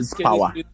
power